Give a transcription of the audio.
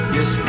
Yes